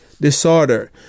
Disorder